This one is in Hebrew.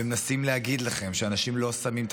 ומנסים להגיד לכם שאנשים לא שמים את